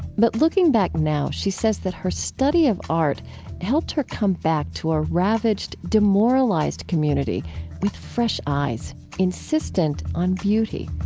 but looking back now, she says that her study of art helped her come back to a ravaged, demoralized community with fresh eyes insistent on beauty